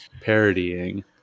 parodying